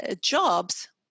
jobs